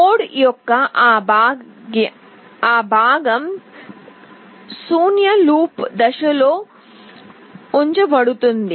code యొక్క ఆ భాగం ఈ శూన్య లూప్ దశలో ఉంచబడుతుంది